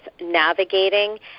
navigating